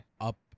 up